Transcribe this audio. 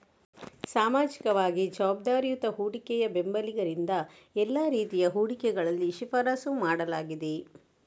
ಸಾಮಾಜಿಕವಾಗಿ ಜವಾಬ್ದಾರಿಯುತ ಹೂಡಿಕೆಯ ಬೆಂಬಲಿಗರಿಂದ ಎಲ್ಲಾ ರೀತಿಯ ಹೂಡಿಕೆಗಳಲ್ಲಿ ಶಿಫಾರಸು ಮಾಡಲಾಗಿದೆ